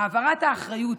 העברת האחריות